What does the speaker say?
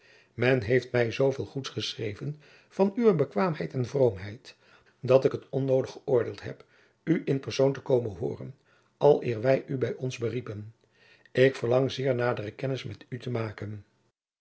men heeft mij zooveel goeds geschreven van uwe bekwaamheid en vroomheid dat ik onnoodig geoordeeld heb u in persoon te komen hooren aleer wij u bij ons beriepen ik verlang zeer nadere kennis met u te maken